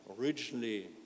originally